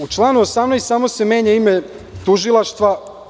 U članu 18. samo se menja ime tužilaštva.